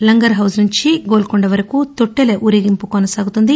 లంగర్హోస్ నుంచి గోల్సొండ వరకు తొట్టెల ఊరేగింపు కానసాగనుంది